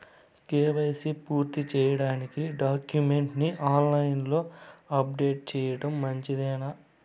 KYC పూర్తి సేయడానికి డాక్యుమెంట్లు ని ఆన్ లైను లో అప్లోడ్ సేయడం మంచిదేనా?